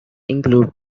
include